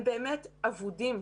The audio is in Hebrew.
הם באמת אבודים,